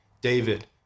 David